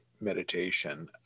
meditation